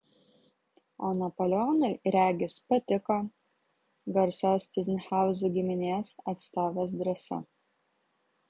o napoleonui regis patiko garsios tyzenhauzų giminės atstovės drąsa